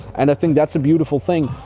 and i think that's a beautiful thing.